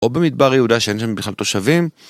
או במדבר יהודה שאין שם בכלל תושבים